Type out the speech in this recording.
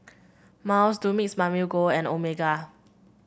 Miles Dumex Mamil Gold and Omega